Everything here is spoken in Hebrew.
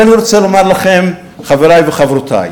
אז אני רוצה לומר לכם, חברי וחברותי: